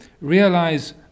realize